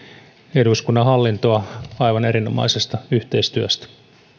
eduskunnan hallintoa aivan erinomaisesta yhteistyöstä